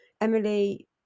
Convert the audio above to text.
Emily